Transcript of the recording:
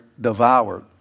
devoured